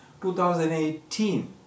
2018